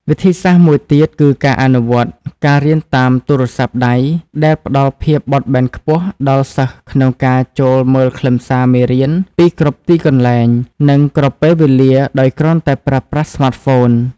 វិធីសាស្ត្រមួយទៀតគឺការអនុវត្ត ការរៀនតាមទូរសព្ទដៃ ដែលផ្តល់ភាពបត់បែនខ្ពស់ដល់សិស្សក្នុងការចូលមើលខ្លឹមសារមេរៀនពីគ្រប់ទីកន្លែង និងគ្រប់ពេលវេលាដោយគ្រាន់តែប្រើប្រាស់ស្មាតហ្វូន។